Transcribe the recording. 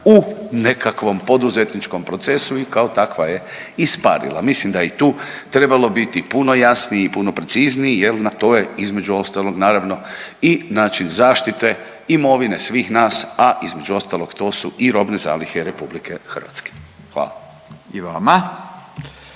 u nekakvom poduzetničkom procesu i kao takva je isparila. Mislim da je i tu trebalo biti puno jasniji i puno precizniji jel na to je između ostalog naravno i način zaštite imovine svih nas, a između ostalog to su i robne zalihe RH. Hvala. **Radin,